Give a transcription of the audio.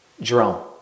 Jerome